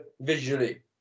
visually